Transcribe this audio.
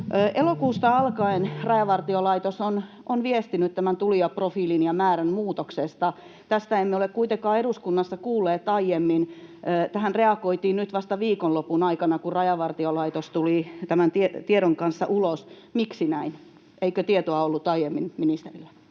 Elokuusta alkaen Rajavartiolaitos on viestinyt tämän tulijaprofiilin ja -määrän muutoksesta. Tästä emme ole kuitenkaan eduskunnassa kuulleet aiemmin. Tähän reagoitiin vasta nyt viikonlopun aikana, kun Rajavartiolaitos tuli tämän tiedon kanssa ulos. Miksi näin? Eikö tietoa ollut ministerillä